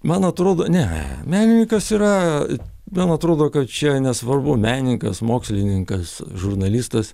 man atrodo ne menininkas yra man atrodo kad čia nesvarbu menininkas mokslininkas žurnalistas